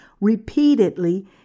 repeatedly